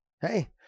Hey